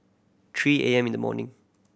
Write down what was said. three A M in the morning